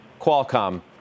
Qualcomm